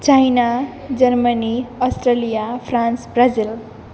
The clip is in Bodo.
China Germany Australia France Brazil